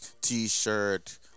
t-shirt